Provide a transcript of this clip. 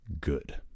Good